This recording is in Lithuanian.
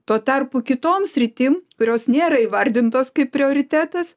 tuo tarpu kitom sritim kurios nėra įvardintos kaip prioritetas